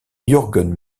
jürgen